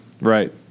Right